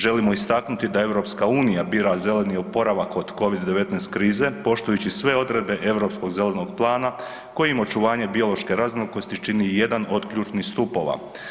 Želimo istaknuti da EU bira zeleni oporavak od covid-19 krize poštujući sve odredbe Europskog zelenog plana kojim očuvanje biološke raznolikosti čini jedan od ključnih stupova.